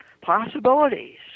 possibilities